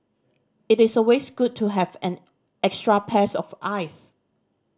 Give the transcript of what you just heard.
it is always good to have an extra pairs of eyes